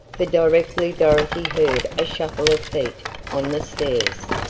for directly dorothy heard a shuffle of feet on the stairs.